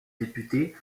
députée